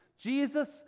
Jesus